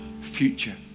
future